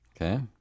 okay